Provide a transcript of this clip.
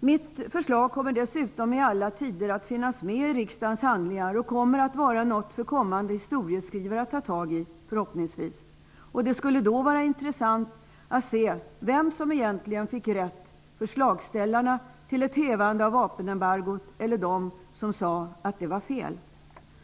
Mitt förslag kommer dessutom i alla tider att finnas med i riksdagens handlingar och förhoppningsvis vara något för kommande historieskrivare att se över. Det skulle då vara intressant att se vem som egentligen fick rätt -- förslagställarna till ett hävande av vapenembargot eller de som sade att det var fel.